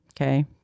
okay